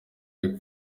ari